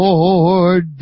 Lord